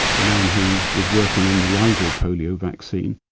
the man who was working on the rival polio vaccine.